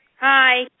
Hi